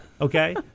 okay